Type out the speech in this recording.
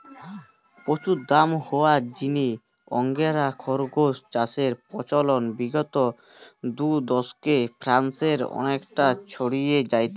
প্রচুর দাম হওয়ার জিনে আঙ্গোরা খরগোস চাষের প্রচলন বিগত দুদশকে ফ্রান্সে অনেকটা ছড়ি যাইচে